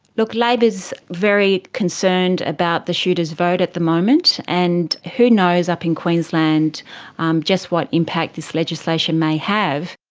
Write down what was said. look, labor's very concerned about the shooters' vote at the moment, and who knows up in queensland um just what impact this legislation may have.